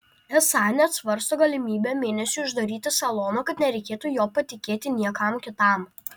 esą net svarsto galimybę mėnesiui uždaryti saloną kad nereikėtų jo patikėti niekam kitam